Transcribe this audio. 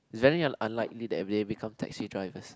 is very un~ unlikely that they become taxi drivers